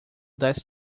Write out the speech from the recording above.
das